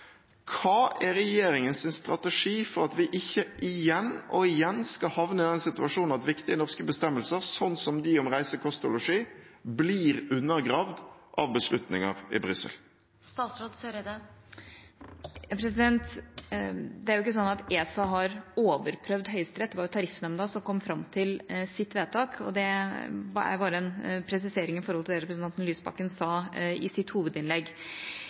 Hva er regjeringens strategi for at vi ikke igjen og igjen skal havne i den situasjonen at viktige norske bestemmelser, slik som de om reise, kost og losji, blir undergravd av beslutninger i Brussel? Det er ikke slik at ESA har overprøvd Høyesterett. Det var Tariffnemnda som kom fram til sitt vedtak, og det er bare en presisering av det representanten Lysbakken sa i sitt hovedinnlegg.